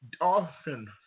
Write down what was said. often